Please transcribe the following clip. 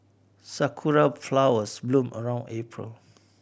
sakura flowers bloom around April